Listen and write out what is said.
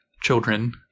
children